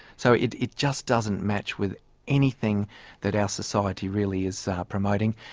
so it it just doesn't match with anything that our society really is promoting.